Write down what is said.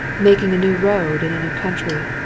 making a new road in a new country,